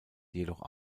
jedoch